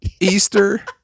Easter